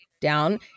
down